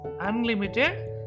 unlimited